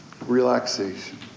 Relaxation